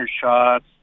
shots